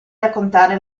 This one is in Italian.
raccontare